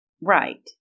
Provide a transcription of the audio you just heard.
right